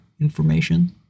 information